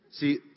See